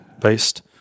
Based